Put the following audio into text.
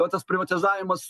o tas privatizavimas